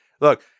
Look